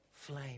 flame